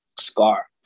Scar